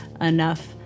enough